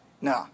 No